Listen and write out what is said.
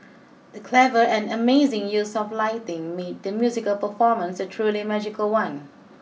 the clever and amazing use of lighting made the musical performance a truly magical one